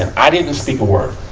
and i didn't speak a word.